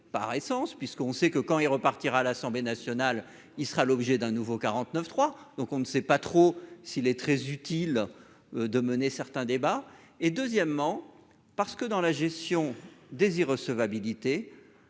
par essence puisqu'on sait que quand elle repartira à l'Assemblée nationale, il sera l'objet d'un nouveau 49 3 donc on ne sait pas trop s'il est très utile de mener certains débats et deuxièmement parce que dans la gestion des irrecevabilité